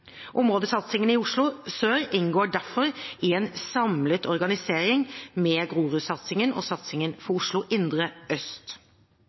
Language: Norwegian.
Områdesatsingen i Oslo sør inngår derfor i en samlet organisering med Groruddalssatsingen og satsingen for Oslo indre øst.